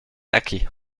achy